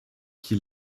qui